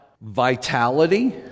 vitality